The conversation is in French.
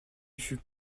fut